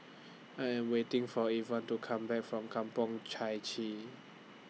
I Am waiting For Yvonne to Come Back from Kampong Chai Chee